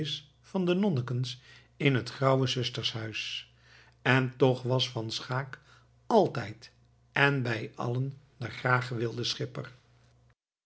van de nonnekens in het graeuwe sustershuys en toch was van schaeck altijd en bij allen de graag gewilde schipper